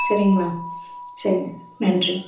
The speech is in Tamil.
சரிங்களா சரிங்க நன்றி